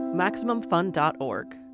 MaximumFun.org